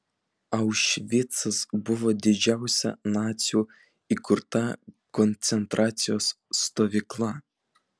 aušvicas buvo didžiausia nacių įkurta koncentracijos stovykla